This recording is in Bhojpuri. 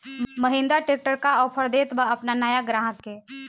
महिंद्रा ट्रैक्टर का ऑफर देत बा अपना नया ग्राहक के?